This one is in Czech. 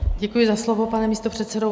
Děkuji za slovo, pane místopředsedo.